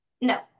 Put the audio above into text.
No